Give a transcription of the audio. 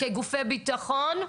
כגופי ביטחון,